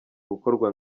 gukorwa